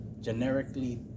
generically